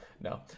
no